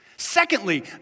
Secondly